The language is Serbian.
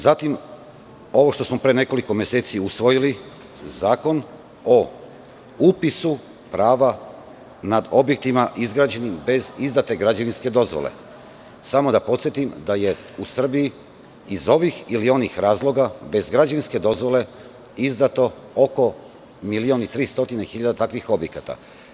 Zatim, ovo što smo pre nekoliko meseci usvojili, Zakon o upisu prava nad objektima izgrađenim bez izdate građevinske dozvole, samo da podsetim da je u Srbiji, iz ovih ili onih razloga, bez građevinske dozvole izdato oko 1.300.000 takvih objekata.